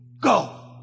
Go